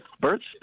birthday